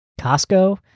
Costco